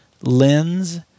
lens